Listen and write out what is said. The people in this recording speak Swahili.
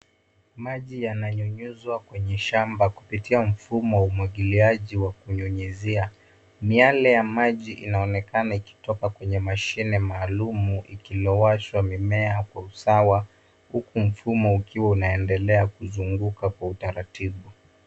Maji yananyunyuzwa kwenye shamba kuitia mfumo wa umwagiliaji wa kunyunyizia. Miale ya maji inaonekana ikitoka kwenye mashine maalumu ikilowesha mimea kwa usawa huku mfumo ukiwa unaendelea kuzunguka kwa utaratibu.